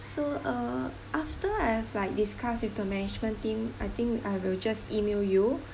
so uh after I have like discussed with the management team I think I will just email you